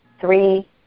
three